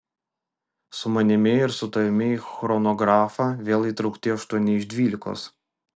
su manimi ir su tavimi į chronografą vėl įtraukti aštuoni iš dvylikos